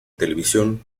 televisión